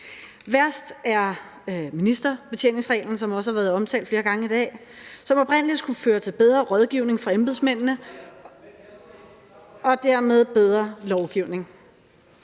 Værst er ministerbetjeningsreglen, som også har været omtalt flere gange i dag. Den skulle oprindelig føre til bedre rådgivning fra embedsmændene og dermed bedre lovgivning.